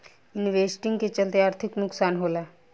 investing के चलते आर्थिक नुकसान होला